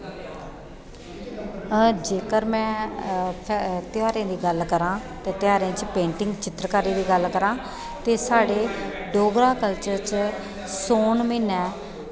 अ जेकर में ध्यारें दी गल्ल करां ते ध्यारें च पेंटिग ते चित्तरकारी दी गल्ल करां ते साढ़े डोगरा कल्चर च सौन म्हीना